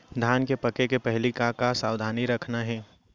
धान के पके के पहिली का का सावधानी रखना हे?